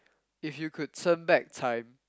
if you could turn back time